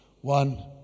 One